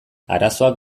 arazoak